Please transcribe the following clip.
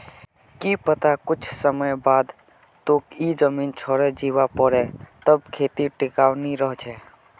की पता कुछ समय बाद तोक ई जमीन छोडे जीवा पोरे तब खेती टिकाऊ नी रह छे